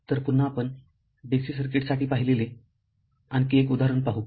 तर पुन्हा आपण डीसी सर्किटसाठी पाहिलेले आणखी एक उदाहरण पाहू